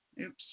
oops